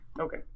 Okay